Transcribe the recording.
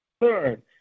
Third